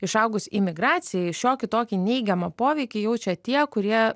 išaugus imigracijai šiokį tokį neigiamą poveikį jaučia tie kurie